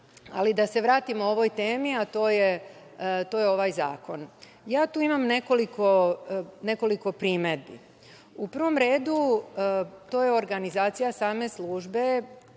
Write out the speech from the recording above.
godine. Da se vratimo ovoj temi, a to je ovaj zakon. Tu imam nekoliko primedbi. U prvom redu, to je organizacija same službe.